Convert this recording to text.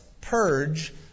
purge